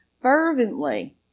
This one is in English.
fervently